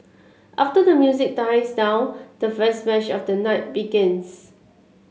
after the music dies down the first match of the night begins